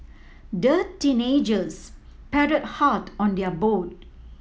the teenagers paddled hard on their boat